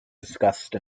discussed